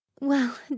Well